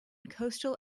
coastal